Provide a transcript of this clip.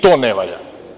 I to ne valja.